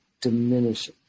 diminish